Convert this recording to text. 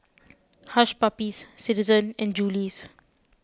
Hush Puppies Citizen and Julie's